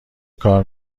کار